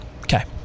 okay